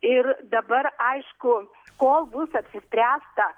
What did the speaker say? ir dabar aišku kol bus apsispręsta